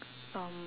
um